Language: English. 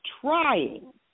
trying